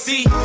See